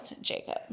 Jacob